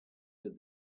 that